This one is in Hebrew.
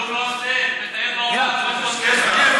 כן,